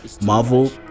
marvel